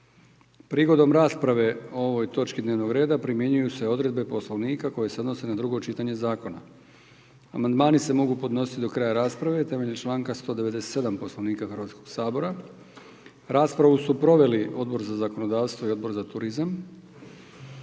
Prigodom rasprave o ovoj točki dnevnog reda primjenjuju se odredbe Poslovnika koje se odnose na drugo čitanje zakona. Amandmani se mogu podnositi do kraja rasprave, temeljem članka 197. Poslovnika Hrvatskog sabora. Raspravu su proveli Odbor za zakonodavstvo i Odbor za turizam.